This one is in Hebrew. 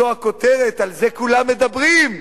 זו הכותרת, על זה כולם מדברים,